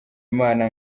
imana